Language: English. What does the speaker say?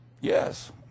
Yes